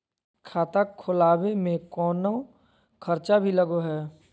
खाता खोलावे में कौनो खर्चा भी लगो है?